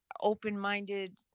open-minded